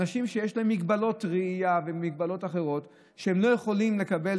אנשים שיש להם מגבלות ראייה ומגבלות אחרות שלא יכולים לנהוג